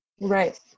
right